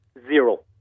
Zero